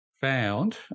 found